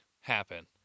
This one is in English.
happen